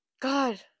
God